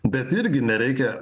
bet irgi nereikia